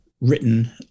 written